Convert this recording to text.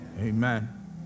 Amen